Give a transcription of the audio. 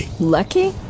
Lucky